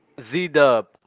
Z-Dub